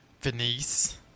Venice